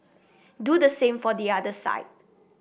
do the same for the other side